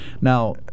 Now